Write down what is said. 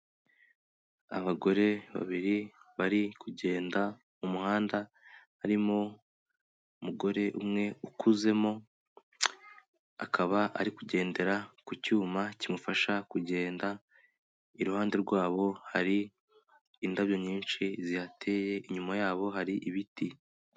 Abagore babiri bari kugenda mu muhanda harimo umugore umwe ukuzemo akaba ari kugendera ku cyuma kimufasha kugenda iruhande rwabo hari indabyo nyinshi zihateye, inyuma yabo hari ibiti.